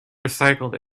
recycled